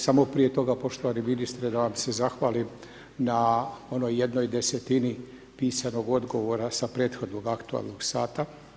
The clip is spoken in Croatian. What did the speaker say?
Samo prije toga, poštovani ministre, da vam se zahvalim na onoj jednoj desetini pisanog odgovora sa prethodnog aktualnog sata.